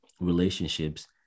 relationships